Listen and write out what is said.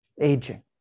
aging